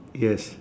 yes